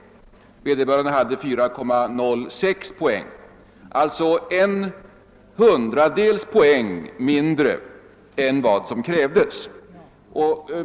Vederbörande hade 4,06 poäng, alltså en hundradels poäng mindre än vad som krävdes.